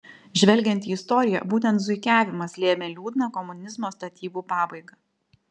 žvelgiant į istoriją būtent zuikiavimas lėmė liūdną komunizmo statybų pabaigą